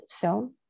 film